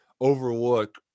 overlook